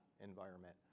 environment